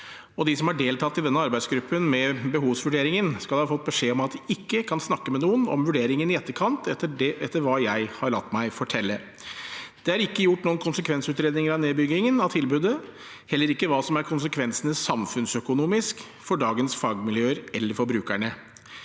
De som har deltatt i denne arbeidsgruppen med behovsvurderingen, skal ha fått beskjed om at de ikke kan snakke med noen om vurderingen i etterkant, etter hva jeg har latt meg fortelle. Det er ikke gjort noen konsekvensutredninger av nedbyggingen av tilbudet, heller ikke av hva som er de samfunnsøkonomiske konsekvensene for dagens fagmiljøer eller for brukerne.